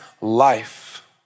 life